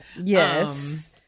yes